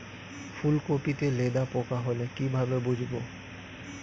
ফুলকপিতে লেদা পোকা হলে কি ভাবে বুঝবো?